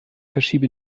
verschiebe